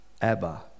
abba